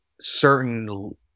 certain